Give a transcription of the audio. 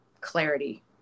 clarity